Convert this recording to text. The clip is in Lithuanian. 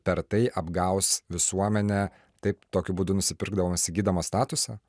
per tai apgaus visuomenę taip tokiu būdu nusipirkdamos įgydamos statusą